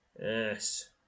Yes